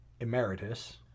emeritus